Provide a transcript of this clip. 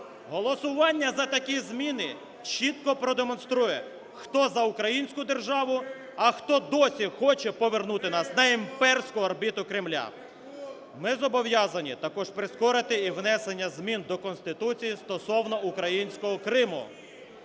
Голосування за такі зміни чітко продемонструє, хто за українську державу, а хто досі хоче повернути нас на імперську орбіту Кремля. Ми зобов'язані також прискорити і внесення змін до Конституції стосовно українського Криму.